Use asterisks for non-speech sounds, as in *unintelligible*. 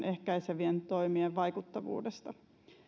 *unintelligible* ehkäisevien toimien vaikuttavuudesta